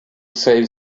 say